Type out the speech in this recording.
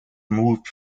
moved